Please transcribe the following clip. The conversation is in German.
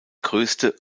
größte